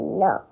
no